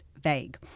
vague